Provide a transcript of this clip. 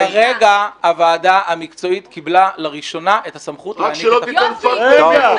כרגע הוועדה המקצועית קיבלה לראשונה את הסמכות להעניק פקטור.